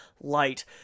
light